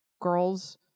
girls